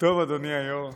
אדוני היושב-ראש,